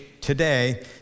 today